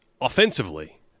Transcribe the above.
offensively